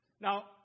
Now